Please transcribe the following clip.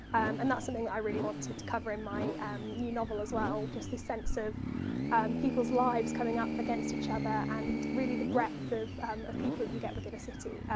and that's something i really wanted to cover in my new novel as well just this sense of people's lives coming up against each other. and really the breadth of of people you get within a city.